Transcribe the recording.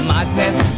Madness